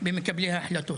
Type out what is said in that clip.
במקבלי ההחלטות.